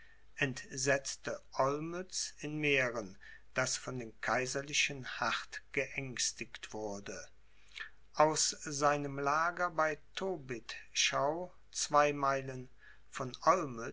entsetzte olmütz in mähren das von den kaiserlichen hart geängstigt wurde aus seinem lager bei tobitschau zwei meilen von